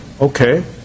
okay